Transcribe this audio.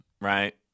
right